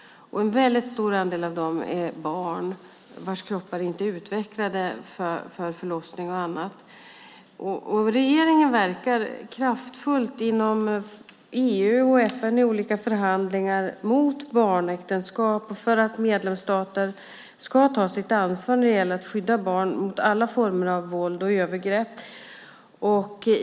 En stor andel av dem är barn vars kroppar inte är utvecklade för förlossning och annat. Regeringen verkar kraftfullt inom EU och FN i olika förhandlingar mot barnäktenskap och för att medlemsstater ska ta sitt ansvar när det gäller att skydda barn mot alla former av våld och övergrepp.